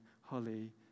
Holly